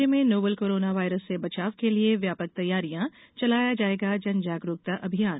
राज्य में novel corona virus से बचाव के लिए व्यापक तैयारियां चलाया जायेगा जन जागरुकता अभियान